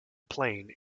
plane